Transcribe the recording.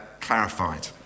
clarified